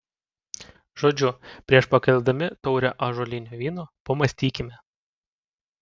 žodžiu prieš pakeldami taurę ąžuolinio vyno pamąstykime